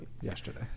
yesterday